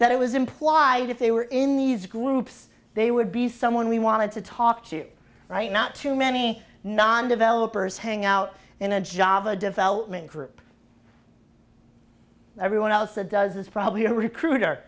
that it was implied if they were in these groups they would be someone we wanted to talk to right not too many non developers hang out in a java development group everyone else that does this probably a recruiter